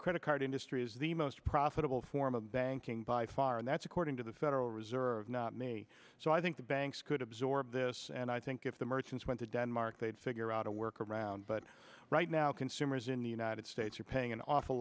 credit card industry is the most profitable form of banking by far and that's according to the federal reserve not me so i think the banks could absorb this and i think if the merchants went to denmark they'd figure out a work around but right now consumers in the united states are paying an awful